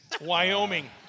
Wyoming